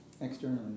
externally